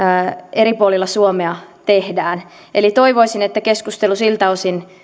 eri puolilla suomea tehdään eli toivoisin että keskustelu siltä osin